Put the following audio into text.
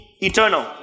eternal